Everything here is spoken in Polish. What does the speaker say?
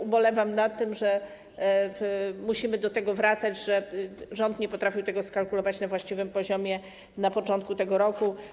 Ubolewam nad tym, że musimy do tego wracać, że rząd nie potrafił tego skalkulować na właściwym poziomie na początku tego roku.